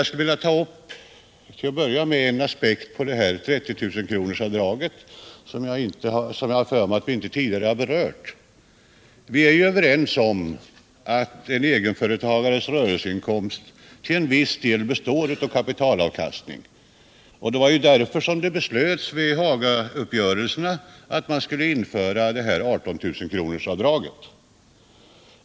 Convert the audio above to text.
Sedan vill jag ta upp en aspekt på 30 000-kronorsavdraget, som jag har för mig att vi inte tidigare har berört. Vi är ju överens om att en egenföretagares rörelseinkomst till en viss del består av kapitalavkastning—det var ju därför som det vid Hagauppgörelserna beslöts att man skulle införa 18 000-kronorsavdraget.